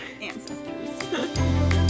ancestors